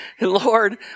Lord